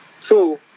Two